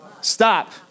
stop